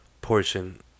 portion